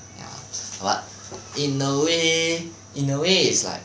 ya but in a way in a way it's like